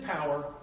power